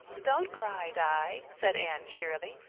don't cry, di, said anne cheerily.